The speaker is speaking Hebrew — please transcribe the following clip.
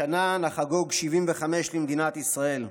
השנה נחגוג 75 למדינת ישראל,